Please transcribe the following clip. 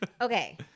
Okay